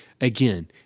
again